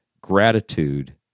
gratitude